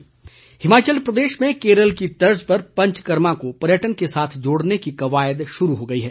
एक भारत श्रेष्ठ भारत हिमाचल प्रदेश में केरल की तर्ज पर पंचकर्मा को पर्यटन के साथ जोड़ने की कवायद शुरू हो गई है